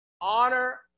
Honor